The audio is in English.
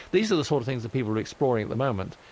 these are the sort of things that people are exploring at the moment.